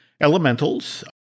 elementals